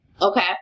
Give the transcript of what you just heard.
Okay